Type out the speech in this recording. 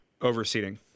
overseeding